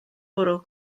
bwrw